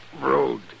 Road